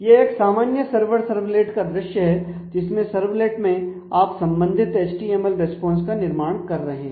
यह एक सामान्य सर्वर सर्वलेट का दृश्य है जिसमें सर्वलेट में आप संभावित एचटीएमएल रिस्पांस का निर्माण कर रहे हैं